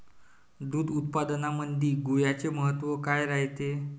दूध उत्पादनामंदी गुळाचे महत्व काय रायते?